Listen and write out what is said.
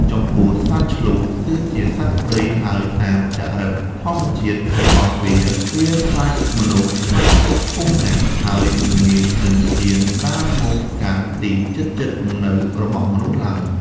ចំពោះ សត្វឈ្លូស គឺជាសត្វព្រៃ ហើយតាមចរិតធម្មជាតិរបស់វា វាខ្លាចមនុស្សខ្លាចស្រុកភូមិណាស់ ហើយមិនងាយនិងហ៊ានដើរមកកាន់ទីជិតៗលំនៅរបស់មនុស្សឡើយ។